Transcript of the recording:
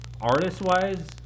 artist-wise